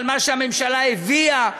על מה שהממשלה הביאה,